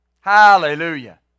Hallelujah